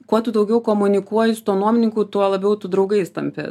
kuo tu daugiau komunikuoji su tuo nuomininku tuo daugiau tu draugais tampi